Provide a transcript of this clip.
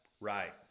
Right